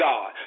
God